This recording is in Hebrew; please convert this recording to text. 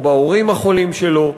או בהורים החולים שלו,